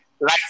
right